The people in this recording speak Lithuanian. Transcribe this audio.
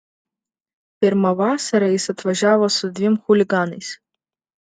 pirmą vasarą jis atvažiavo su dviem chuliganais